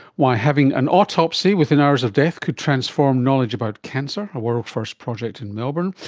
why having an autopsy within hours of death could transform knowledge about cancer, a world first project in melbourne.